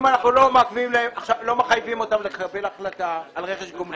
אם אנחנו לא מחייבים אותם לקבל החלטה על רכש גומלין.